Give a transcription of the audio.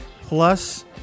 plus